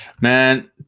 Man